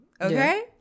okay